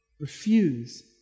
Refuse